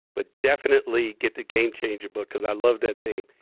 but definitely get the game changer book because i love that name.